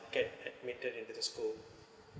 get admitted into the school